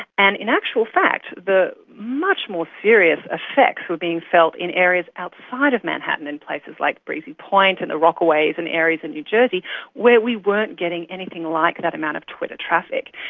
and in actual fact the much more serious effects being felt in areas outside of manhattan, in places like breezy point and the rockaways and areas of and new jersey where we weren't getting anything like that amount of twitter traffic.